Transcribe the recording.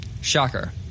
Shocker